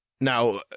Now